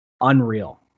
Unreal